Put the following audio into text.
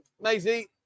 Maisie